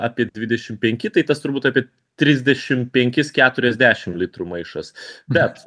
apie dvidešim penki tai tas turbūt apie trisdešim penkis keturiasdešim litrų maišas bet